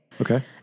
okay